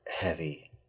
heavy